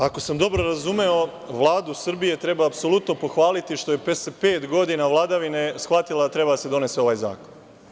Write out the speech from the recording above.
Ako sam dobro razumeo, Vladu Srbije treba apsolutno pohvaliti što je posle pet godina vladavine shvatila da treba da se donese ovaj zakon.